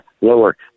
lower